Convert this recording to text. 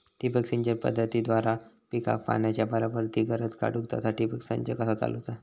ठिबक सिंचन पद्धतीद्वारे पिकाक पाण्याचा बराबर ती गरज काडूक तसा ठिबक संच कसा चालवुचा?